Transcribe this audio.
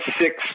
six